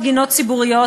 פחות גינות ציבוריות,